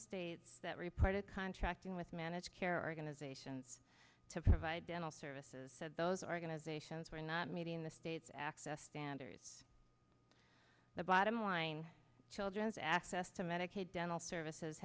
states that reported contracting with managed care organizations to provide dental services said those organizations were not meeting the state's access standards the bottom line children's access to medicaid dental services